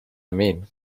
mean